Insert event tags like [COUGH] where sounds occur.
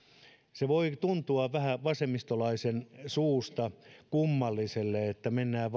se voi tuntua vähän vasemmistolaisen suusta kummalliselle että mennään [UNINTELLIGIBLE]